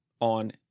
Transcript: on